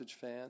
fan